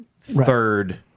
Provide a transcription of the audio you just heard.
third